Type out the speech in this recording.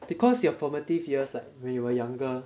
because your formative years like when you were younger